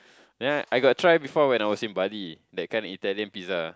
then I I got try before when I was in Bali that kind Italian pizza